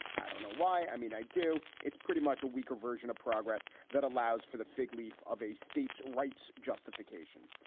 i don't know why. i mean, i do. it's pretty much a weaker version of progress that allows for the fig leaf of a states rights justification.